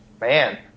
man